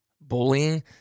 bullying